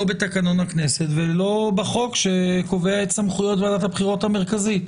לא בתקנון הכנסת ולא בחוק שקובע את סמכויות ועדת הבחירות המרכזית.